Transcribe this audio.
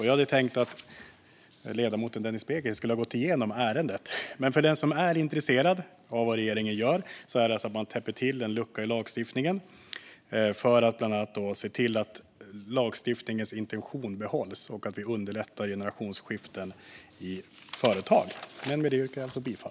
Jag hade tänkt mig att ledamoten Denis Begic skulle ha gått igenom ärendet, men för den som är intresserad av vad regeringen gör kan jag säga att man täpper till en lucka i lagstiftningen för att bland annat se till att lagstiftarens intentioner behålls och att generationsskiften i företag underlättas.